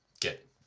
get